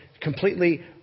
completely